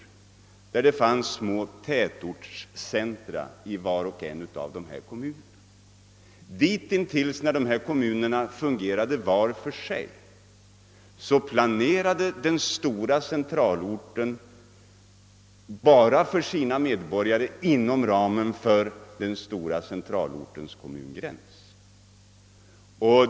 I var och en av dessa kommuner fanns små tätortscentra. Ditintills, när dessa kommuner fungerade var för sig, planerade den stora centralorten bara för sina medborgare inom ramen för den stora centralortens kommungräns.